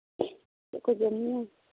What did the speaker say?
ᱪᱮᱫ ᱠᱚ ᱡᱚᱢ ᱧᱩᱭᱟ